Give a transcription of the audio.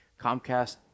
Comcast